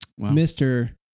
Mr